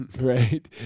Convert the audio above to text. right